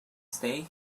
stay